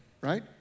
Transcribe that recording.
right